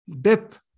death